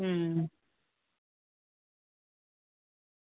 अं